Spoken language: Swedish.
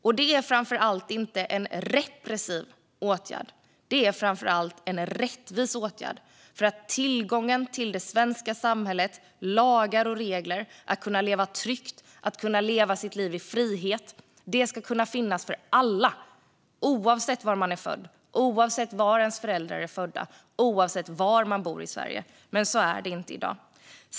Det är inte framför allt en repressiv åtgärd. Det är framför allt en rättvis åtgärd. Tillgången till det svenska samhället och dess lagar och regler och möjligheten att leva sitt liv tryggt och i frihet ska finnas för alla, oavsett var man är född, oavsett var ens föräldrar är födda och oavsett var man bor i Sverige. Men så är det inte i dag.